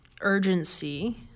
urgency